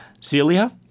Celia